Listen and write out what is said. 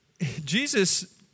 Jesus